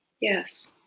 Yes